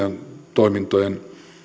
toimintojen